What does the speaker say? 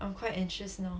I'm quite anxious now